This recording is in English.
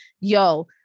yo